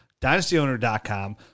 DynastyOwner.com